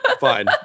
fine